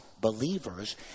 believers